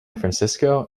francisco